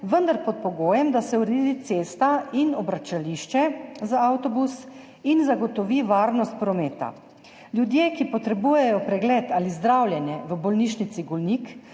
vendar pod pogojem, da se uredita cesta in obračališče za avtobus in zagotovi varnost prometa. Ljudje, ki potrebujejo pregled ali zdravljenje v bolnišnici Golnik,